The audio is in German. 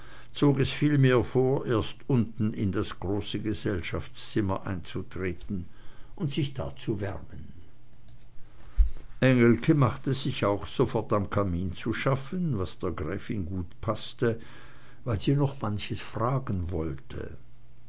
zog es vielmehr vor erst unten in das große gesellschaftszimmer einzutreten und sich da zu wärmen engelke machte sich auch sofort am kamin zu schaffen was der gräfin gut paßte weil sie noch manches fragen wollte